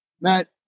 Matt